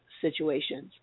situations